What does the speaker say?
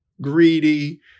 greedy